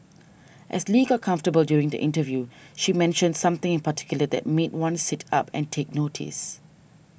as Lee got comfortable during the interview she mentioned something in particular that made one sit up and take notice